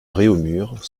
réaumur